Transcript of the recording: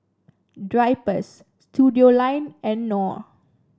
Drypers Studioline and Knorr